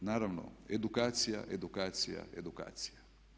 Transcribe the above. I naravno, edukacija, edukacija, edukacija.